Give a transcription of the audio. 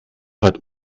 hat